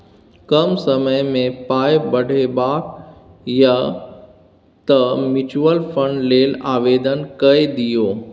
कम समयमे पाय बढ़ेबाक यै तँ म्यूचुअल फंड लेल आवेदन कए दियौ